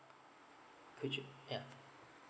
could you yeah